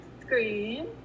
screen